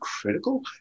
critical